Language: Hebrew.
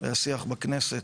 השיח בכנסת,